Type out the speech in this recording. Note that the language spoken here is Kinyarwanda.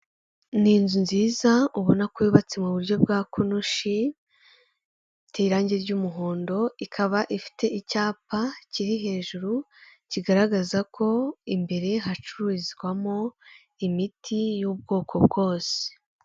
Ni inzu nziza ubona ko yubatse mu buryo bwa konoshi, iteye irangi ry'umuhondo, ikaba ifite icyapa kiri hejuru kigaragaza ko imbere hacururizwamo imiti y'ubwoko bwose.